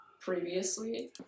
previously